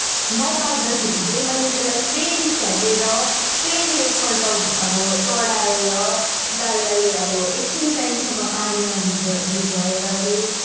नपाक्दाखेरि चाहिँ मैले त्यसलाई फेरि फ्याँकेर फेरि एकपल्ट अब चढाएर दाललाई अब एकछिन टाइमसम्म पानीमा भिज भिजाएर चाहिँ